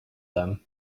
them